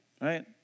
right